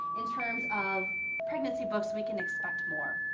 in terms of pregnancy books, we can expect more.